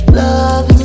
love